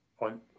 on